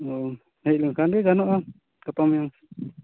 ᱚᱸᱻ ᱦᱮᱡ ᱞᱮᱱ ᱠᱷᱟᱱ ᱜᱮ ᱜᱟᱱᱚᱜᱼᱟ ᱜᱟᱯᱟ ᱢᱮᱭᱟᱝ